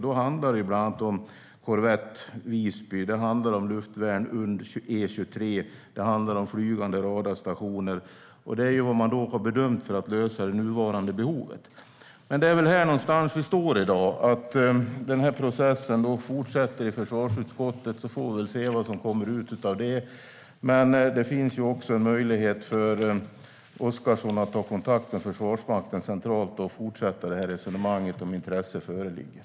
Det handlar bland annat om korvett typ Visby, det handlar om luftvärn UndE 23 och det handlar om flygande radarstationer. Detta är vad man har bedömt löser det nuvarande behovet. Här någonstans står vi i dag. Processen får fortsätta i försvarsutskottet, så får vi väl se vad som kommer ut av det. Det finns också en möjlighet för Oscarsson att ta kontakt med Försvarsmakten centralt och fortsätta detta resonemang om intresse föreligger.